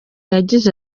yagize